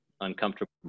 uncomfortable